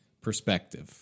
perspective